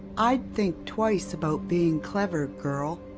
i'd think twice about being clever, girl.